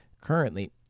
Currently